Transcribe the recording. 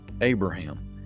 Abraham